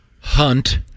hunt